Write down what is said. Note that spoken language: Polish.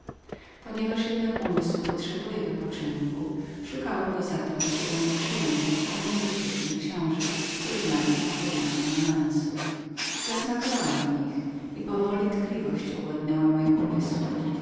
ponieważ jednak umysł potrzebuje wypoczynku szukałem go zatem w czytaniu tych przyjemnych ale niebezpiecznych książek które znane są pod nazwiskiem romansów powoli zasmakowałem w nich i mimowolna tkliwość owładnęła moim umysłem